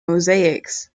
mosaics